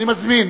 אני מזמין